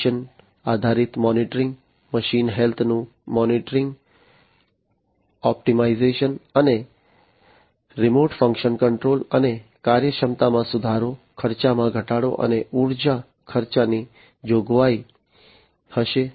condition આધારિત monitoring machine હેલ્થનું monitoring optimisation અને રિમોટ ફંક્શન કંટ્રોલ અને કાર્યક્ષમતામાં સુધારો ખર્ચમાં ઘટાડો અને ઊર્જા ખર્ચની જોગવાઈ હશે